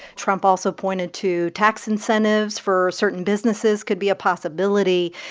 trump also pointed to tax incentives for certain businesses could be a possibility.